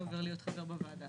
שעובר להיות חבר בוועדה.